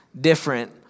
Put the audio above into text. different